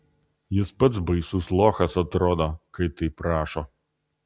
jis pats baisus lochas atrodo kai taip rašo